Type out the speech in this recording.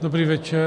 Dobrý večer.